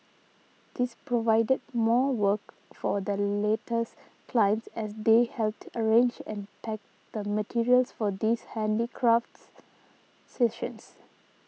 this provided more work for the latter's clients as they helped arrange and pack the materials for these handicraft sessions